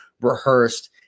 rehearsed